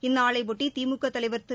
இந்நாளையொட்டி திமுக தலைவர் திரு